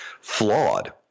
flawed